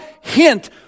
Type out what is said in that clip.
hint